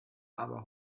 aber